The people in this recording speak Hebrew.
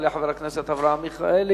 יעלה חבר הכנסת אברהם מיכאלי,